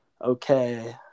okay